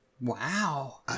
Wow